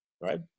right